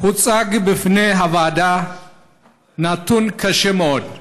הוצג בפני הוועדה נתון קשה מאוד: